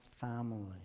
family